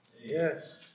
Yes